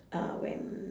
uh when